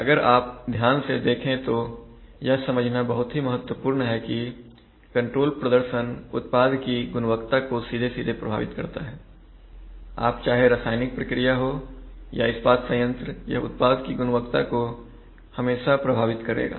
अगर आप ध्यान से देखें तो यह समझना बहुत ही महत्वपूर्ण है कि कंट्रोल प्रदर्शन उत्पाद की गुणवत्ता को सीधे सीधे प्रभावित करता है अब चाहे रासायनिक प्रक्रिया हो या इस्पात संयंत्र यह उत्पाद की गुणवत्ता को हमेशा प्रभावित करेगा